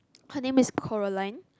her name is Coraline